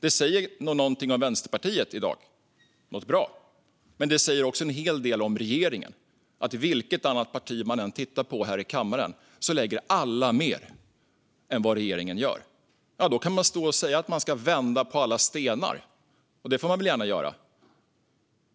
Det säger ändå någonting om Vänsterpartiet i dag - något bra. Men det säger också en hel del om regeringen att oavsett vilket annat parti vi än tittar på här i kammaren lägger alla mer pengar än vad regeringen gör. Då kan man stå och säga att man ska vända på alla stenar. Det får man väl gärna göra,